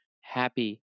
happy